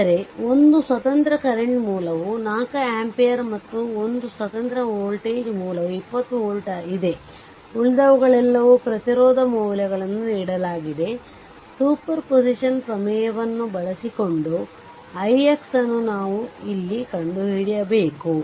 ಆದರೆ ಒಂದು ಸ್ವತಂತ್ರ ಕರೆಂಟ್ ಮೂಲವು 4 ಆಂಪಿಯರ್ ಮತ್ತು ಒಂದು ಸ್ವತಂತ್ರ ವೋಲ್ಟೇಜ್ ಮೂಲವು 20 ವೋಲ್ಟ್ ಇದೆ ಉಳಿದವುಗಳೆಲ್ಲವೂ ಪ್ರತಿರೋಧ ಮೌಲ್ಯಗಳನ್ನು ನೀಡಲಾಗಿದೆ ಸೂಪರ್ಪೋಸಿಷನ್ ಪ್ರಮೇಯವನ್ನು ಬಳಸಿಕೊಂಡು ix ನ್ನು ನಾವು ಇಲ್ಲಿ ಕಂಡುಹಿಡಿಯಬೇಕು